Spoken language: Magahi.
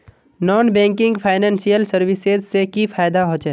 नॉन बैंकिंग फाइनेंशियल सर्विसेज से की फायदा होचे?